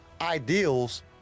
ideals